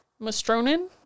Mastronin